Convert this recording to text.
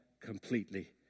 completely